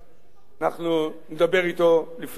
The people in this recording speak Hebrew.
אנחנו נדבר אתו לפני הישיבה,